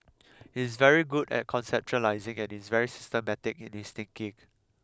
he's very good at conceptualising and is very systematic in his thinking